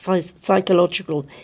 psychological